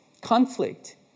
conflict